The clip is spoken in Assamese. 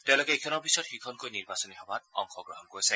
তেওঁলোকে ইখনৰ পিছত সিখনকৈ নিৰ্বাচনী সভাত অংশগ্ৰহণ কৰিছে